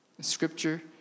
Scripture